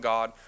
God